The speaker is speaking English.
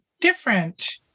different